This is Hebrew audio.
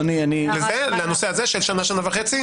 לזה לנושא הזה של שנה, שנה וחצי?